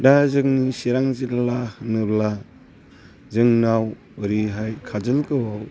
दा जोंनि चिरां जिल्ला होनोब्ला जोंनाव ओरैहाय खाजोलगावआव